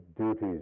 duties